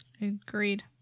Agreed